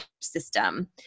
system